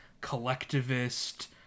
collectivist